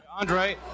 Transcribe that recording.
Andre